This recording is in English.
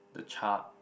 the chart